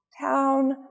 Town